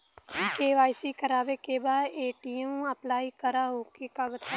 KYC करावे के बा ए.टी.एम अप्लाई करा ओके बताई?